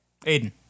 Aiden